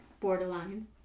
Borderline